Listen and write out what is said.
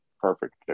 perfect